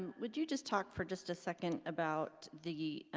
would you just talk for just a second about the